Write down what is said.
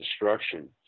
destruction